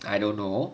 I don't know